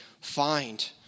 find